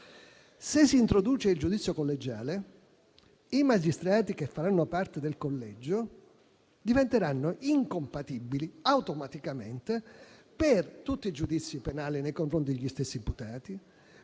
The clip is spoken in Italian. Se si introduce il giudizio collegiale, i magistrati che faranno parte del collegio diventeranno automaticamente incompatibili per tutti i giudizi penali nei confronti degli stessi imputati,